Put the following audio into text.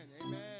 Amen